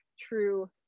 true